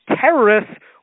terrorists